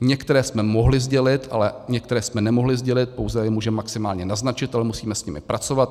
Některé jsme mohli sdělit, ale některé jsme nemohli sdělit, pouze je můžeme maximálně naznačit, ale musíme s nimi pracovat.